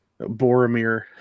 Boromir